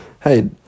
Hey